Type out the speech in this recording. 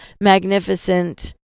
magnificent